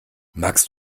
magst